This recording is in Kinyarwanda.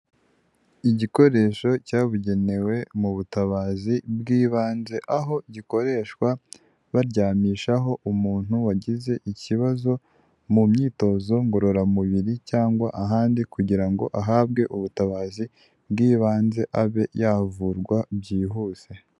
Igikoresho cyabugenewe mu butabazi bw'ibanze, aho gikoreshwa baryamishaho umuntu wagize ikibazo mu myitozo ngororamubiri, cyangwa ahandi kugira ngo ahabwe ubutabazi bw'ibanze, abe yavurwa byihuse.